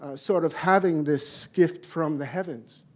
ah sort of having this gift from the heavens.